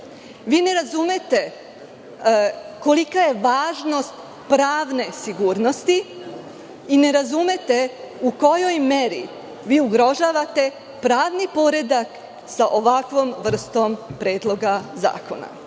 Vi ne razumete kolika je važnost pravne sigurnosti i ne razumete u kojoj meri vi ugrožavate pravni poredak sa ovakvom vrstom predloga zakona.